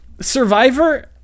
survivor